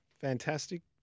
Fantastic